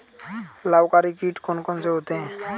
लाभकारी कीट कौन कौन से होते हैं?